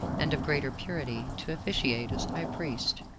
and of greater purity, to officiate as high priest.